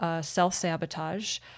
self-sabotage